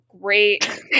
great